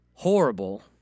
horrible